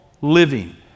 living